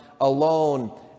alone